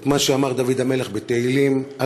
את מה שאמר דוד המלך בתהילים: "אל